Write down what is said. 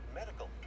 medical